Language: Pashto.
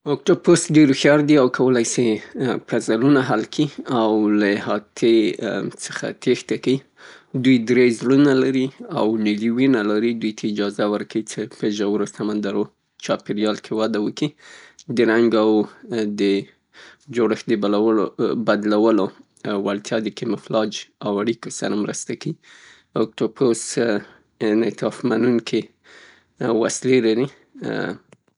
اوکټوپوس ډیر هوښیار دی او کولی شي پزلونه حل کي او له احاطې څخه تیښته کيي. دوی درې زړونه لري او نرۍ وینه لري دوی ته اجازه ورکوي چې په ژورو سمندرو چاپیریال کې وده وکي. د رنګ او د جوړښت د بلولو- بدلولو وړتیا د کیموفلاج او اړیکو سره مرسته کيي. اوکټوپوس انعطاف منونکی وسلې لري.